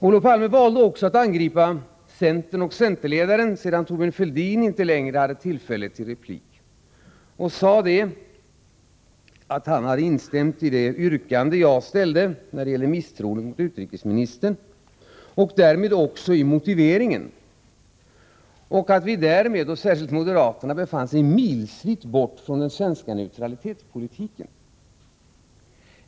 Olof Palme valde att angripa också centern och centerledaren Thorbjörn Fälldin sedan denne inte längre hade tillfälle att återkomma i replik. Olof Palme sade att Thorbjörn Fälldin hade instämt i det yrkande jag framställde om misstroendeförklaring mot utrikesministern och därmed också i motiveringen och att centern men framför allt vi moderater därför befann oss milsvitt från den svenska neutralitetspolitiken.